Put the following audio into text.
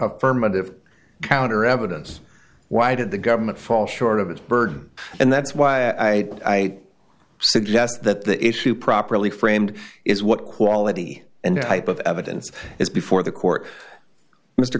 affirmative counter evidence why did the government fall short of its burden and that's why i suggest that the issue properly framed is what quality and hype of evidence is before the court mr